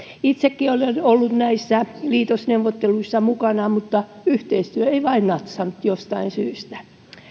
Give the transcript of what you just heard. itsekin olen ollut näissä liitosneuvotteluissa mukana mutta yhteistyö ei vain natsannut jostain syystä